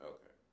Okay